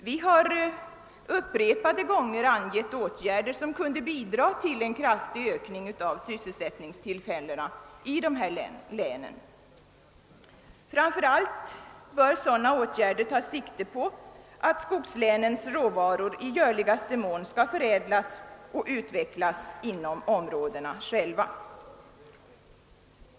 Vi har upprepade gånger angivit åtgärder som kunde bidra till en kraftig ökning av sysselsättningstillfällena i dessa län. Framför allt bör sådana åtgärder ta sikte på att skogslänens råvaror i görligaste mån skall förädlas och utvecklas inom de områden där de finns.